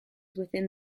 within